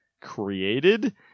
created